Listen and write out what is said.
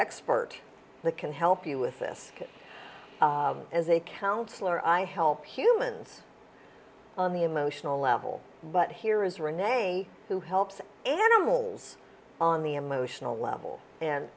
expert the can help you with this as a counsellor i help humans on the emotional level but here is rene who helps animals on the emotional level and